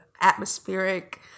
atmospheric